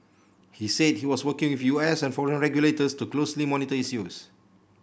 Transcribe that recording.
he said he was working with U S and foreign regulators to closely monitor its use